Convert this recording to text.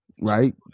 Right